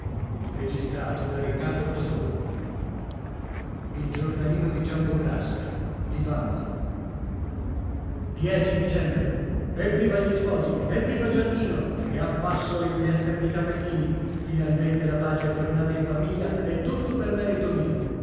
e io a io e erano dicembre evviva gli sposi evviva giannino e abbasso le minestre di capellini finalmente la pace è tornata in famiglia e tutto per merito mio